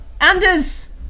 Anders